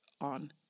on